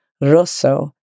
Rosso